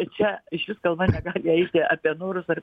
čia išvis kalba negali eiti apie norus ar